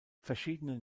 verschiedene